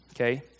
okay